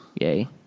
Yay